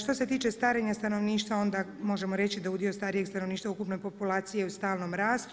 Što se tiče starenja stanovništva, onda možemo reći da udio starijeg stanovništva u ukupnoj populaciji je u stalnom rastu.